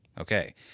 Okay